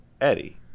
Eddie